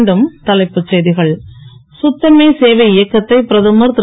மீண்டும் தலைப்புச் செய்திகள் கத்தமே சேவை இயக்கத்தை பிரதமர் தரு